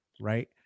right